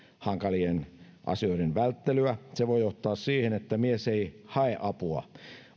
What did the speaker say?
hankalien asioiden välttelyä se voi johtaa siihen että mies ei hae apua